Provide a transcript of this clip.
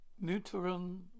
Neutron